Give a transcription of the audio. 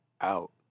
out